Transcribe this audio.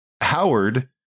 Howard